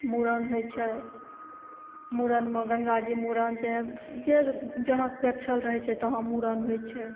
मूड़न होइ छै मूड़नमे गङ्गाजीमे मूड़न चाहे जे जहाँके गछल रहै छै तहाँ मूड़न होइ छै